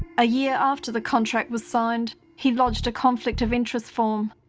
a year after the contract was signed, he lodged a conflict of interest form,